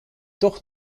toch